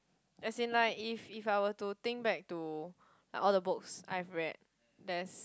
as in like if if I were to think back to like all the books I have read there's